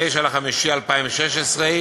ב-29 במאי 2016,